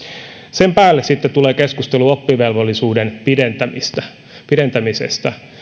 sen päälle sitten tulee keskustelu oppivelvollisuuden pidentämisestä